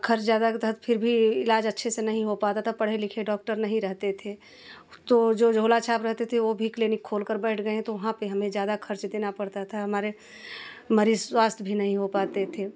खर्च ज़्यादा था फिर भी इलाज़ अच्छे से नहीं हो पाता था पढ़े लिखे डॉक्टर नहीं रहते थे तो जो झोला छाप रहते थे वह भी क्लीनिक खोल कर बैठ गएँ हैं तो वहाँ पर हमें ज़्यादा खर्च देना पड़ता था हमारे हमारी स्वास्थय भी नहीं हो पाते थे